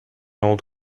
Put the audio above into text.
old